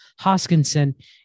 Hoskinson